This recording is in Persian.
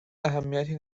اهمیتی